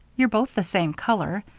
you're both the same color,